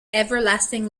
everlasting